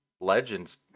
Legends